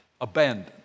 abandoned